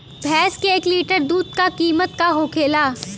भैंस के एक लीटर दूध का कीमत का होखेला?